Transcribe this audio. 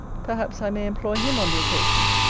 perhaps i may employ him on the occasion.